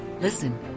listen